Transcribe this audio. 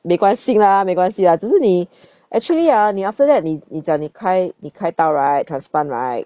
没关系没关系啊只是你 actually ah 你 after that 你你讲你开你开刀 right transplant right